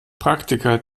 praktiker